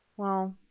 well,